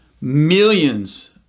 millions